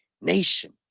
nation